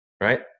Right